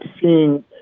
seeing